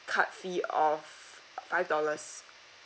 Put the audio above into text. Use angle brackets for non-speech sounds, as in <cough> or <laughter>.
card fee of <noise> five dollars